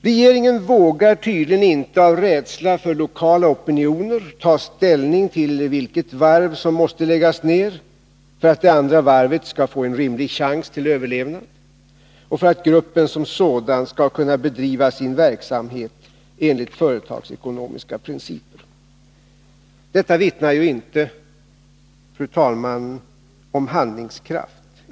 Regeringen vågar tydligen inte, av rädsla för lokala opinioner, ta ställning till vilket varv som måste läggas ner för att det andra varvet skall få en rimlig chans till överlevnad och för att gruppen som sådan skall kunna bedriva sin verksamhet enligt företagsekonomiska principer. Detta vittnar inte, fru talman, om handlingskraft.